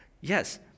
yes